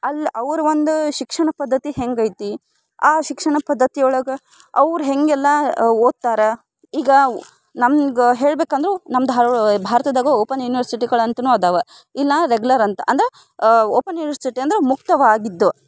ಅಲ್ಲಿ ಅವ್ರು ಒಂದು ಶಿಕ್ಷಣ ಪದ್ಧತಿ ಹೆಂಗೈತಿ ಆ ಶಿಕ್ಷಣ ಪದ್ಧತಿ ಒಳಗೆ ಅವ್ರು ಹೇಗೆಲ್ಲ ಓದ್ತಾರೆ ಈಗವು ನಮ್ಗೆ ಹೇಳ್ಬೇಕು ಅಂದ್ರೆ ನಮ್ಮ ಧಾರ್ವಾ ಭಾರತದಾಗ ಓಪನ್ ಯೂನಿವರ್ಸಿಟಿಗಳು ಅಂತಲೂ ಅದಾವ ಇಲ್ಲ ರೆಗ್ಯುಲರ್ ಅಂತ ಅಂದರೆ ಓಪನ್ ಯೂನಿವರ್ಸಿಟಿ ಅಂದರೆ ಮುಕ್ತವಾಗಿದ್ದು